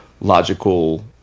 logical